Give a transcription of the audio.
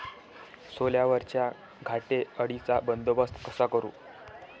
सोल्यावरच्या घाटे अळीचा बंदोबस्त कसा करू?